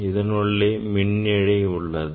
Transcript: இதனுள்ளே எதிர்மின் இழை உள்ளது